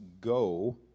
go